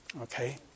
Okay